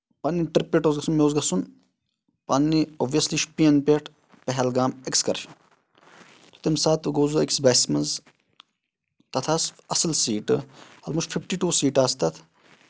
پَننٕنۍ trip پٮ۪ٹھ اوس گژھُن مےٚ اوس گژھُن پَنٕننۍ اوبویسلی شُوپین پٮ۪ٹھ پہلگام اٮ۪کٕسکرشن تَمہِ ساتہٕ گوٚوس بہٕ أکِس بَسہِ منٛز تَتھ آسہٕ اَصٕل سیٖٹہٕ آلموسٹ فِفٹی ٹو سیٖٹہٕ آسہٕ تَتھ